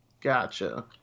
Gotcha